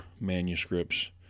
manuscripts